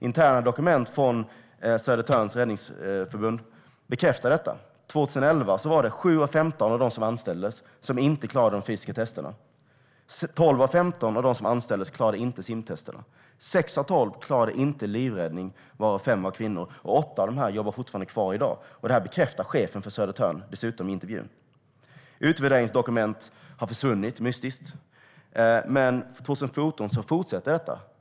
Interna dokument från Södertörns brandförsvarsförbund bekräftar detta. År 2011 var det 7 av 15 av dem som anställdes som inte klarade de fysiska testerna. 12 av 15 av dem som anställdes klarade inte simtesterna. 6 av 12 klarade inte livräddning. Av dem var 5 kvinnor. 8 av dessa jobbar fortfarande kvar i dag. Detta bekräftar dessutom chefen för Södertörns brandförsvarsförbund i intervjun. Utvärderingsdokument har mystiskt försvunnit, men 2014 fortsatte detta.